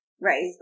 Right